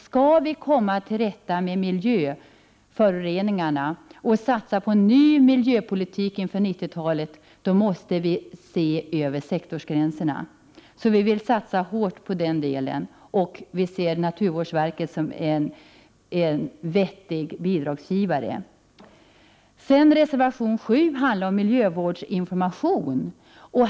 Skall vi komma till rätta med miljöföroreningarna och satsa på en ny miljöpolitik inför 90-talet måste vi se över sektorsgränserna. Vi vill alltså satsa hårt på detta, och vi ser naturvårdsverket som en vettig bidragsgivare. Reservation 7 handlar om miljövårdsinformation.